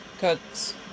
cuts